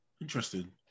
Interesting